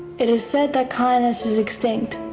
it is said that kindness is extinct,